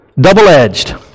double-edged